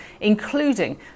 including